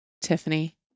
Tiffany